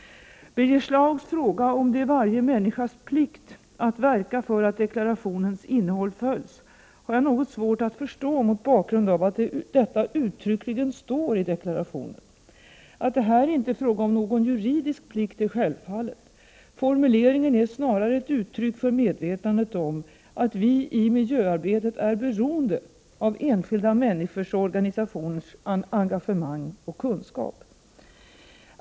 Birger Schlaugs fråga om det är varje människas plikt att verka för att deklarationens innehåll följs har jag något svårt att förstå mot bakgrund av att detta uttryckligen står i deklarationen. Att det här inte är fråga om någon juridisk plikt är självklart. Formuleringen är snarare uttryck för medvetandet om att vi i miljöarbetet är beroende av enskilda människors och organisationers engagemang och kunskap.